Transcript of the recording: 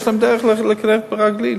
יש להם דרך להיכנס רגלית,